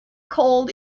cold